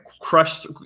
crushed –